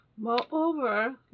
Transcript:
Moreover